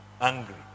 angry